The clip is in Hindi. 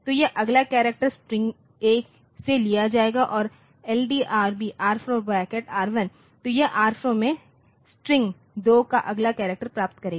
तो यह अगला करैक्टर स्ट्रिंग1से लिया जाएगा और LDRB R4 ब्रैकेट R 1तो यह R 4 में स्ट्रिंग 2 का अगला करैक्टर प्राप्त करेगा